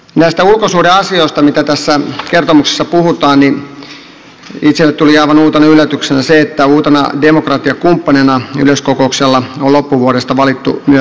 näistä ulkosuhdeasioista joista tässä kertomuksessa puhutaan itselle tuli aivan uutena yllätyksenä se että uudeksi demokratiakumppaniksi yleiskokouksessa on loppuvuodesta valittu myös palestiina